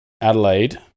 Adelaide